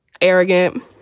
arrogant